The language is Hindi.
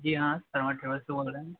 जी हाँ शर्मा ट्रैवल्स से बोल रहे हैं